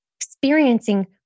experiencing